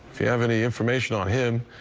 you have any information on him.